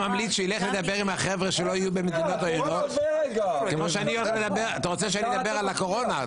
אתה רוצה שאני אדבר על הקורונה?